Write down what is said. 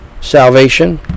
salvation